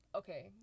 okay